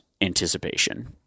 anticipation